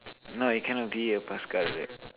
no you cannot be a paskal